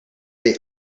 they